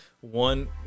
one